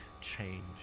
change